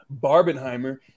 Barbenheimer